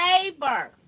labor